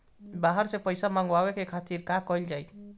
बाहर से पइसा मंगावे के खातिर का कइल जाइ?